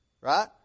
right